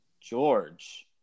George